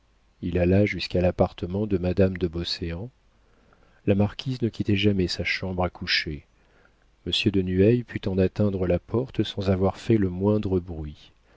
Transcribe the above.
il alla jusqu'à l'appartement de madame de beauséant la marquise ne quittait jamais sa chambre à coucher monsieur de nueil put en atteindre la porte sans avoir fait le moindre bruit